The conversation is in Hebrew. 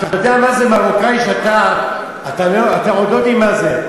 אתה יודע מה זה מרוקאי שאתה אתם לא יודעים מה זה,